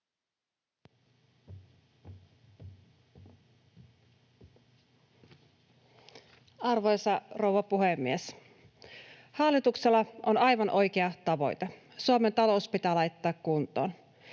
Arvoisa rouva puhemies! Hallituksella on aivan oikea tavoite: Suomen talous pitää laittaa kuntoon.